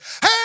hey